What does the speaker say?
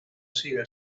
siga